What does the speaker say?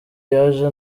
yaje